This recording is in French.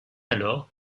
alors